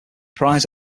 prize